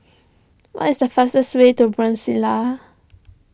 what is the fastest way to Brasila